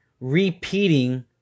repeating